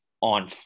on